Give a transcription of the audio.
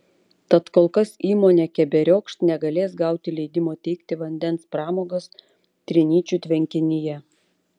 tad kol kas įmonė keberiokšt negalės gauti leidimo teikti vandens pramogas trinyčių tvenkinyje